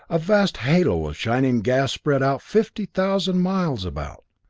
a vast halo of shining gas spread out fifty thousand miles about,